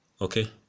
okay